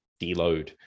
deload